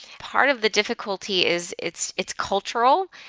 part of the difficulty is it's it's cultural.